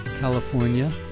California